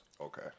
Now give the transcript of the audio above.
Okay